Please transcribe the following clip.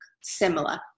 similar